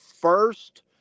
first